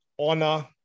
honor